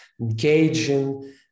engaging